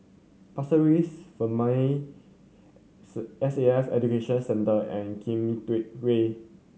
Pasir Ris S A F Education Centre and Way